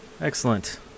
Excellent